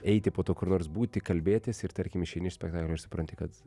eiti po to kur nors būti kalbėtis ir tarkim išeini iš spektaklio ir supranti kad